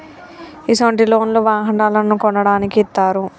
ఇసొంటి లోన్లు వాహనాలను కొనడానికి ఇత్తారు